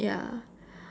ya